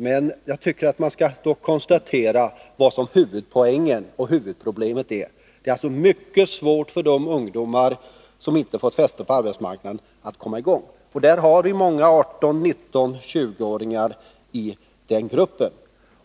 Men jag tycker att man då skall konstatera vad som är huvudpoängen och huvudproblemet. Det är mycket svårt för de ungdomar som inte har fått fäste på arbetsmarknaden att komma i gång. Och iden gruppen har vi många 18-20-åringar.